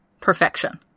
Perfection